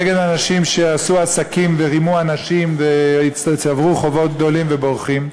נגד אנשים שעשו עסקים ורימו אנשים וצברו חובות גדולים ובורחים,